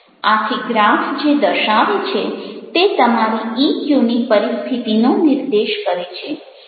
આથી ગ્રાફ જે દર્શાવે છે તે તમારી ઇક્યુની પરિસ્થિતિનો નિર્દેશ કરે છે